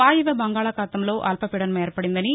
వాయవ్య బంగాళాఖాతంలో అల్పపీడనం ఏర్పడిందని